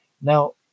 Now